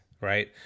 right